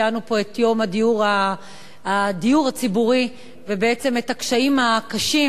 ציינו פה את יום הדיור הציבורי ואת הקשיים הקשים